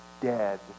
dead